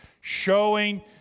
showing